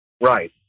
Right